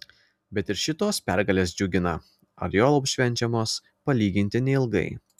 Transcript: bet ir šitos pergalės džiugina ar juolab švenčiamos palyginti neilgai